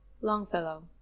Longfellow